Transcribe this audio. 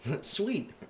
Sweet